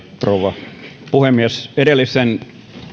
rouva puhemies edellisen